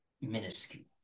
minuscule